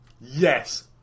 Yes